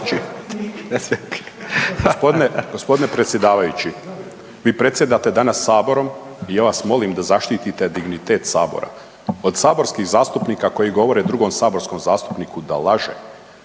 G. predsjedavajući, vi predsjedate danas Saborom i ja vas molim da zaštitite dignitet Sabora. Od saborskih zastupnika koji govore drugom saborskom zastupniku da laže.